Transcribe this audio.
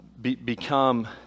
become